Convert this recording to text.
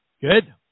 Good